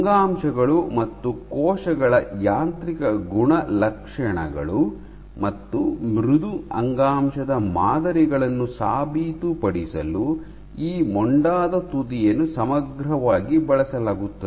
ಅಂಗಾಂಶಗಳು ಮತ್ತು ಕೋಶಗಳ ಯಾಂತ್ರಿಕ ಗುಣಲಕ್ಷಣಗಳು ಮತ್ತು ಮೃದು ಅಂಗಾಂಶದ ಮಾದರಿಗಳನ್ನು ಸಾಬೀತುಪಡಿಸಲು ಈ ಮೊಂಡಾದ ತುದಿಯನ್ನು ಸಮಗ್ರವಾಗಿ ಬಳಸಲಾಗುತ್ತದೆ